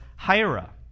Hira